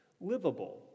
livable